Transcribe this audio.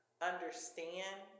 understand